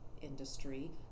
Industry